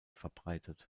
verbreitet